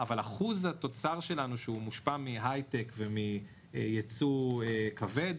אבל אחוז התוצר שלנו שהוא מושפע מהיי-טק ומייצוא כבד,